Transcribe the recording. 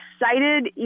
excited